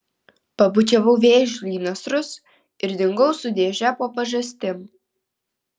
pabučiavau vėžliui į nasrus ir dingau su dėže po pažastim